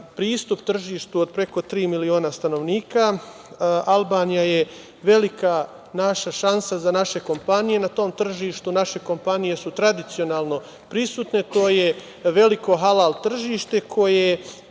pristup tržištu od preko tri miliona stanovnika. Albanija je velika naša šansa za naše kompanije. Na tom tržištu naše kompanije su tradicionalno prisutne. To je veliko Halal tržište u kojem